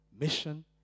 mission